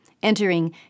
entering